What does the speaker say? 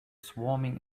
swarming